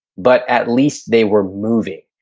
but at least they were moving.